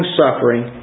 suffering